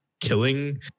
killing